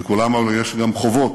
לכולם, אבל, יש גם חובות: